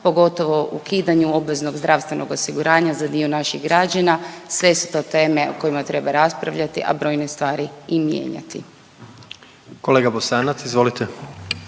pogotovo ukidanju obveznog zdravstvenog osiguranja za dio naših građana. Sve su to teme o kojima treba raspravljati, a brojne stvari i mijenjati. **Jandroković,